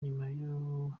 nyuma